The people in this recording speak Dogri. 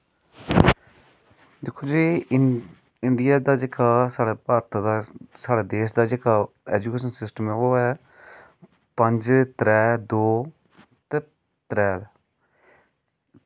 दिक्खो जी इंडिया दा जेह्का साढ़े भारत दा जेह्का साढ़े देश दा एजूकेशन सिस्टम जेह्ड़ा ऐ ओह् पंज त्रैऽ दौ ते त्रैऽ